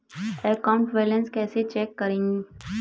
Account balance कैसे check करें?